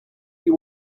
you